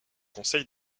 conseil